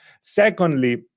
Secondly